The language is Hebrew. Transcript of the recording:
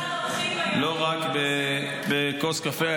לא רק על כוס קפה,